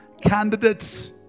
candidates